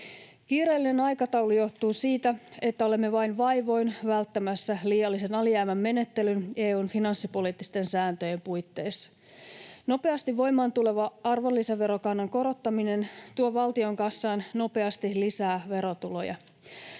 Kiireellinen aikataulu johtuu siitä, että olemme vain vaivoin välttämässä liiallisen alijäämän menettelyn EU:n finanssipoliittisten sääntöjen puitteissa. Nopeasti voimaan tuleva arvonlisäverokannan korottaminen tuo valtion kassaan nopeasti lisää verotuloja.